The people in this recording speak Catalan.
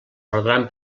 perdran